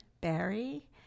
Barry